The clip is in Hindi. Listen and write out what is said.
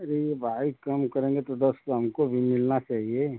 अरे यह भाई कम करेंगे तो दस तो हमको भी मिलना चाहिए